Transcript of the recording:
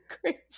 crazy